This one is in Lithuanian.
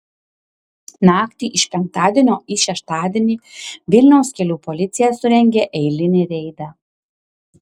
naktį iš penktadienio į šeštadienį vilniaus kelių policija surengė eilinį reidą